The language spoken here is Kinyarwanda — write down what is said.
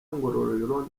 ngororero